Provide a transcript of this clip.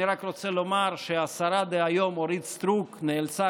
אני רק רוצה לומר שהשרה דהיום אורית סטרוק נאלצה,